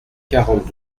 quarante